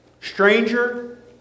Stranger